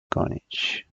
gonić